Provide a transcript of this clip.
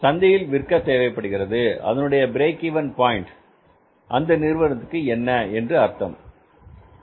சந்தையில் விற்க தேவைப்படுகிறது அதனுடைய பிரேக் இவென் பாயின்ட் அந்த நிறுவனத்திற்கு என்ன என்று அர்த்தம் வருகிறது